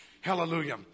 Hallelujah